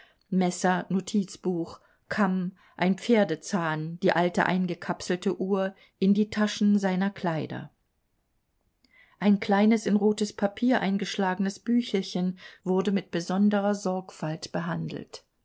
notizbuch kamm ein pferdezahn die alte eingekapselte uhr in die taschen seiner kleider ein kleines in rotes papier eingeschlagenes büchelchen wurde mit besonderer sorgfalt behandelt